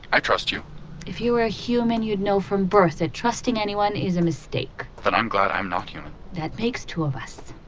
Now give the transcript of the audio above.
i trust you if you were a human, you'd know from birth that trusting anyone is a mistake then i'm glad i'm not human that makes two of us